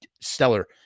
stellar